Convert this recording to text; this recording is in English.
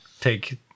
take